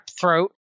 throat